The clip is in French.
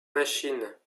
machines